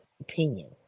opinion